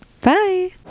Bye